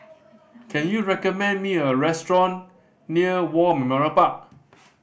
can you recommend me a restaurant near War Memorial Park